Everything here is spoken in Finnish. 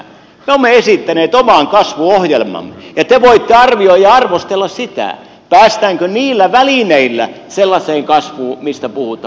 me olemme esittäneet oman kasvuohjelmamme ja te voitte arvioida ja arvostella sitä päästäänkö niillä välineillä sellaiseen kasvuun mistä puhutaan